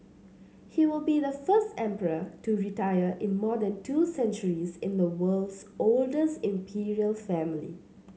he will be the first emperor to retire in more than two centuries in the world's oldest imperial family